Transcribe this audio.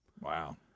Wow